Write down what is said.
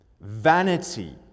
vanity